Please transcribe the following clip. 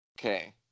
Okay